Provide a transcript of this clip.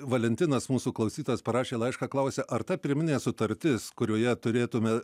valentinas mūsų klausytojas parašė laišką klausia ar ta pirminė sutartis kurioje turėtumėme